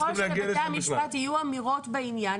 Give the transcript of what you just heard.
אם לבית המשפט יהיו אמירות בעניין,